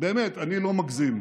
אני לא מגזים,